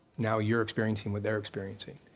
now you're experiencing what they're experiencing,